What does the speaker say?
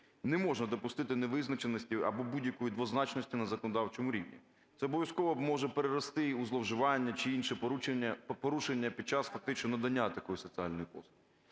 Не можна допустити невизначеності або будь-якої двозначності на законодавчому рівні. Це обов'язково може перерости у зловживання чи інші порушення під час фактичного надання такої соціальної послуги.